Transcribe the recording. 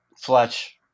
Fletch